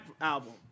album